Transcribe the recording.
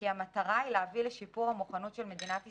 כי המטרה היא להביא לשיפור המוכנות של מדינת ישראל,